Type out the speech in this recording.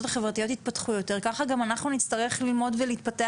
החברתיות יתפתחו יותר כך גם אנחנו נצטרך ללמוד ולהתפתח